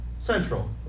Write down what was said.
central